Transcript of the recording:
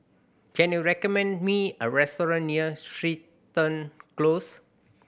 can you recommend me a restaurant near Crichton Close